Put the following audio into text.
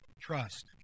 trust